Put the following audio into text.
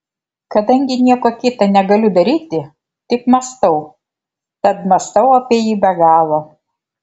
kadangi nieko kita negaliu daryti tik mąstau tad mąstau apie jį be galo